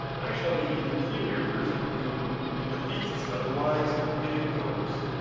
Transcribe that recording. i shall be the inferior person, who to the feasts of the wise unbidden goes